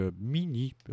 mini